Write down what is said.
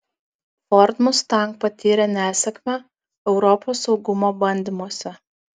ford mustang patyrė nesėkmę europos saugumo bandymuose